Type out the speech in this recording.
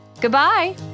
goodbye